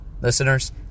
Listeners